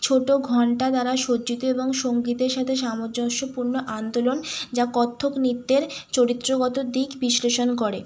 ছোট ঘণ্টা দ্বারা সজ্জিত এবং সঙ্গীতের সাথে সামঞ্জস্যপূর্ণ আন্দোলন যা কত্থক নৃত্যের চরিত্রগত দিক বিশ্লেষণ করে